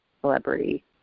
celebrity